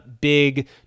big